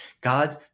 God